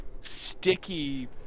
sticky